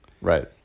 Right